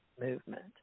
movement